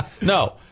No